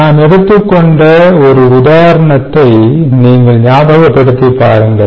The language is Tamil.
நாம் எடுத்துக் கொண்ட ஒரு உதாரணத்தை நீங்கள் ஞாபகப்படுத்தி பாருங்கள்